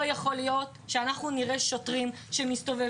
לא יכול להיות שאנחנו נראה שוטרים שמסתובבים